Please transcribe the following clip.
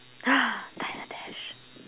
diner dash